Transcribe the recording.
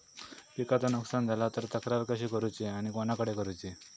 पिकाचा नुकसान झाला तर तक्रार कशी करूची आणि कोणाकडे करुची?